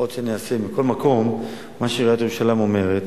מכל מקום, מה שעיריית ירושלים אומרת